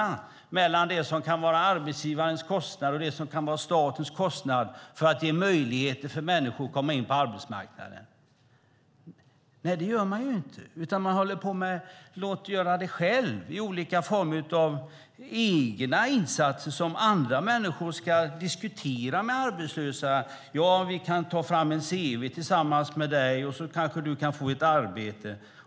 Det handlar om det som kan vara arbetsgivarens kostnad och det som kan vara statens kostnad för att ge möjlighet för människor att komma in på arbetsmarknaden. Nej, det gör man inte. Man ska göra det själv. Det är olika former av egna insatser som andra människor ska diskutera med arbetslösa: Ja, vi kan ta fram ett cv tillsammans med dig, och så kanske du kan få ett arbete.